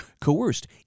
coerced